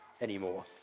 anymore